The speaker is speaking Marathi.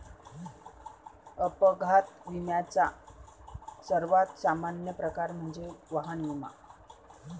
अपघात विम्याचा सर्वात सामान्य प्रकार म्हणजे वाहन विमा